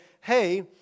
hey